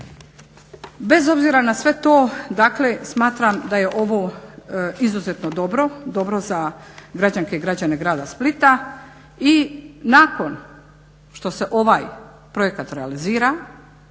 Bez obzira na to, dakle smatram da je ovo izuzetno dobro, dobro za građanke i građane grada Splita. I nakon što se ovaj projekat realizira